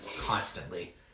constantly